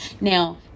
Now